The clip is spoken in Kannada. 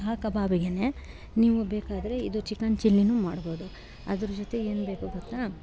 ಆ ಕಬಾಬಿಗೆಯೇ ನೀವು ಬೇಕಾದರೆ ಇದು ಚಿಕನ್ ಚಿಲ್ಲಿನು ಮಾಡಬೋದು ಅದ್ರ ಜೊತೆ ಏನು ಬೇಕು ಗೊತ್ತ